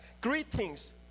Greetings